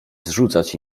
zrzucać